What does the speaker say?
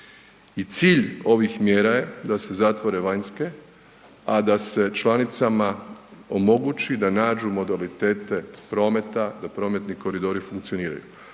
i cilj ovih mjera je da se zatvore vanjske, a da se članicama omogući da nađu modalitete prometa, da prometni koridori funkcioniraju.